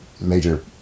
major